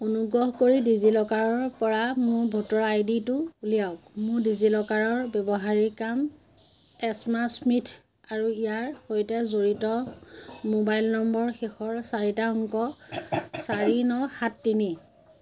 অনুগ্ৰহ কৰি ডিজিলকাৰৰপৰা মোৰ ভোটাৰ আই ডিটো উলিয়াওক মোৰ ডিজিলকাৰ ব্যৱহাৰকাৰীনাম এম্মা স্মিথ আৰু ইয়াৰ সৈতে জড়িত মোবাইল নম্বৰ শেষৰ চাৰিটা অংক চাৰি ন সাত তিনি